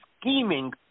scheming